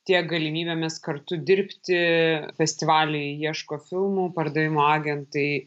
tiek galimybėmis kartu dirbti festivaliai ieško filmų pardavimo agentai